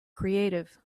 creative